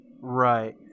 Right